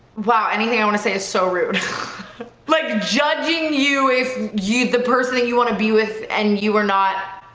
wow, anything i want to say it's so rude like judging you if you the person you want to be with and you are not